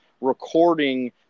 recording